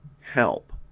help